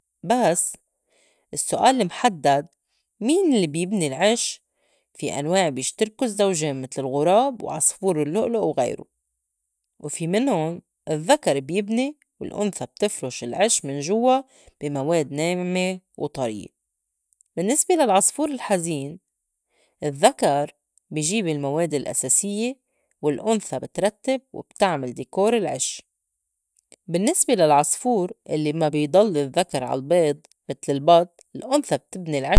بس السّؤال لي محدّد مين إلّي بيبني العش؟ في أنواع بيشتركو الزّوجين متل الغُراب وعصفور الّلؤلؤ وغيرو، وفي مِنُّن الذّكر بيبني الأنثى بتفرُش العش من جوّا بي مواد ناعمة وطريّة، بالنّسبة للعصفور الحزين الذّكر بي جيب المواد الأساسيّة والأُنثى بترتّب وبتعمل ديكور العِش، بالنّسبة للعصفور الّي ما بي ضل الذّكر عالبيض متل البط الأُنثى بتبني الع-.